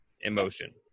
emotion